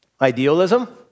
Idealism